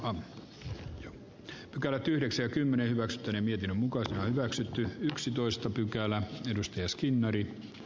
anu pykälät yhdeksänkymmenen kastren ifin mukaan hyväksytty yksitoista pykälää herra puhemies